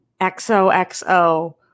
XOXO